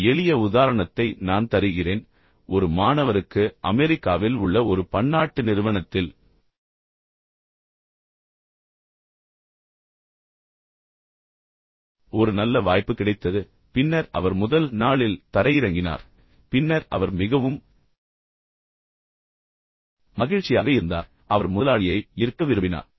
ஒரு எளிய உதாரணத்தை நான் தருகிறேன் ஒரு மாணவருக்கு அமெரிக்காவில் உள்ள ஒரு பன்னாட்டு நிறுவனத்தில் ஒரு நல்ல வாய்ப்பு கிடைத்தது பின்னர் அவர் முதல் நாளில் தரையிறங்கினார் பின்னர் அவர் மிகவும் மகிழ்ச்சியாக இருந்தார் எனவே அவர் முதலாளியை ஈர்க்க விரும்பினார்